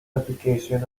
application